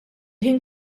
ħin